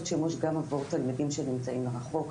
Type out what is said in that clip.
שימוש גם עבור תלמידים שנמצאים מרחוק,